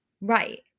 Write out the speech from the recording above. Right